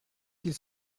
qu’il